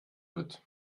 wird